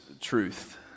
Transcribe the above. truth